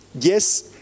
Yes